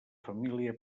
família